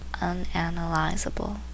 unanalyzable